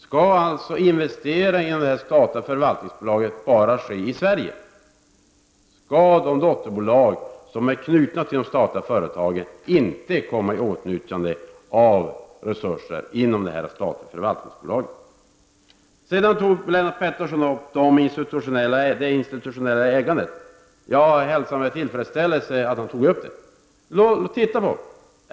Skall alltså investeringarna i frågan om det statliga förvaltningsbolaget bara ske i Sverige? Skall de dotterbolag som är knutna till de statliga företagen inte komma i åtnjutande av resurser inom det här statliga förvaltningsbolaget? Sedan tog Lennart Pettersson upp det institutionella ägandet, och jag hälsar med tillfredsställelse att han gjorde det.